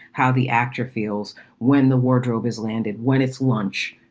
how the actor feels when the wardrobe is landed, when it's lunch,